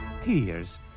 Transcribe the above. tears